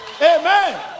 Amen